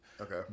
Okay